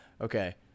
okay